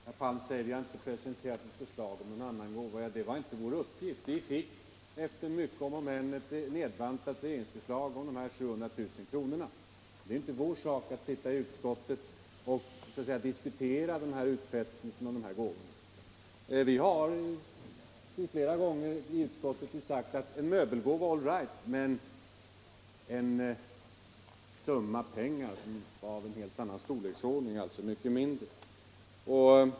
Herr talman! Herr Palm säger att vi inte har presenterat något förslag om en annan gåva. Det var inte vår uppgift. Vi fick efter mycket om och men ett nedbantat regeringsförslag om de 700 000 kronorna. Det är inte vår sak att sitta i utskottet och diskutera utfästelsen om den här gåvan. Vi har sagt flera gånger i utskottet: En möbelgåva, all right, men för en helt annan summa pengar, alltså ett mycket mindre belopp.